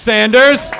Sanders